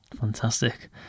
Fantastic